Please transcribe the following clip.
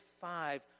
five